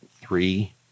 three